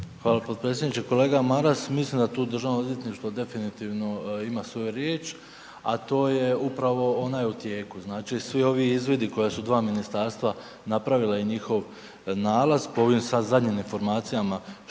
Hvala potpredsjedniče. Kolega Maras, mislim da Državno odvjetništvo tu definitivno ima svoju riječ a to je upravo, ona je u tijeku, znači svi ovi izvidi koja su dva ministarstva napravila i njihov nalaz po ovim sad zadnjim informacijama šta